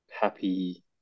happy